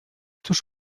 cóż